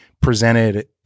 presented